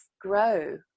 grow